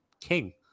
King